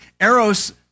Eros